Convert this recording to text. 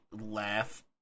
laugh